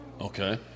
Okay